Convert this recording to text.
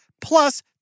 plus